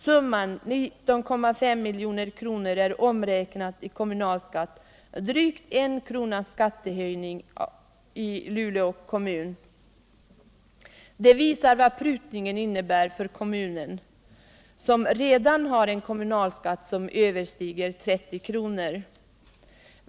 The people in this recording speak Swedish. Summan 19,5 milj.kr. motsvarar, omräknat i kommunalskatt, drygt en kronas höjning av kommunalskatten i Luleå kommun. Det visar vad prutningen innebär för kommunen, som redan har en kommunalskatt på över 30 kr.